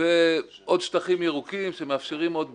ועוד שטחים ירוקים שמאפשרים עוד בנייה.